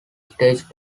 stage